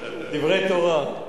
דברי תורה.